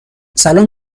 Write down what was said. سلام